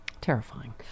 Terrifying